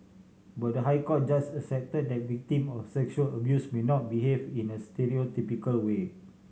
but the High Court judges accepted that victims of sexual abuse may not behave in a stereotypical way